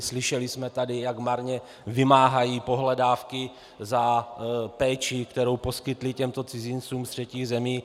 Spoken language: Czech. Slyšeli jsme tady, jak marně vymáhají pohledávky za péči, kterou poskytly těmto cizincům z třetích zemí.